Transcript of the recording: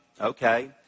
okay